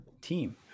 team